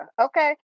Okay